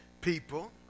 people